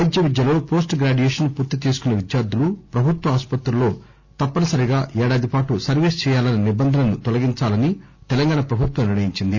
వైద్య విద్యలో పోస్ట్గ్రాడ్యుయేషన్ పూర్తి చేసుకున్న విద్యార్థులు ప్రభుత్వ ఆసుపత్రిలో తప్పనిసరిగా ఏడాది పాటు సర్వీస్ చేయాలన్న నిబంధనను తొలగించాలని తెలంగాణ ప్రభుత్వం నిర్ణయించింది